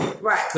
Right